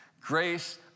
grace